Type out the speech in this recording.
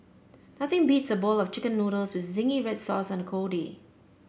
nothing beats a bowl of chicken noodles with zingy red sauce on a cold day